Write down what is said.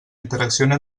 interacciona